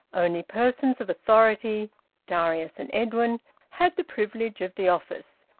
only persons of authority darius and edwin had the privilege of the office,